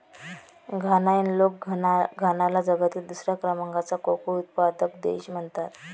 घानायन लोक घानाला जगातील दुसऱ्या क्रमांकाचा कोको उत्पादक देश म्हणतात